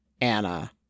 Anna